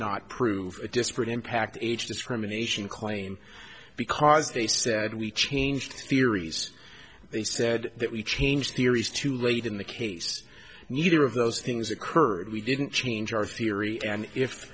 not prove a disparate impact age discrimination claim because they said we changed theories they said that we change here is too late in the case neither of those things occurred we didn't change our theory and if